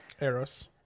Eros